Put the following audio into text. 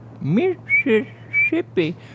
Mississippi